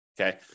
Okay